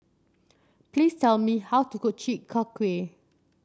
please tell me how to cook Chi Kak Kuih